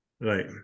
right